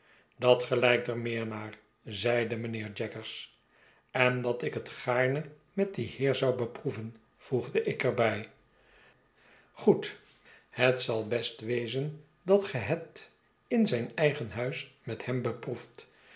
dat gelijkt er meer naar zeide mijnheer jaggers en dat ik het gaarne met dien heer zou beproeven voegde ik er bij goed het zal best wezen dat ge het in zijn eigen huis met hem beproeft